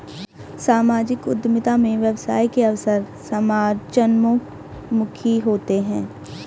सामाजिक उद्यमिता में व्यवसाय के अवसर समाजोन्मुखी होते हैं